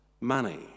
money